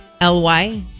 L-Y